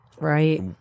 Right